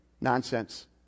Nonsense